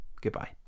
Goodbye